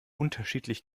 unterschiedlich